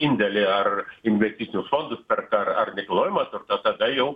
indėlį ar investicijų fondus per ar ar nekilnojamą turtą tada jau